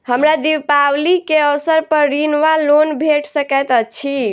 हमरा दिपावली केँ अवसर पर ऋण वा लोन भेट सकैत अछि?